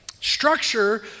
structure